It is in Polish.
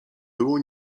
było